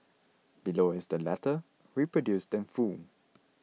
below is the letter reproduced in full